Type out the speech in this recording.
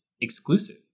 exclusive